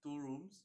two rooms